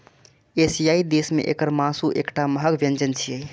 एशियाई देश मे एकर मासु एकटा महग व्यंजन छियै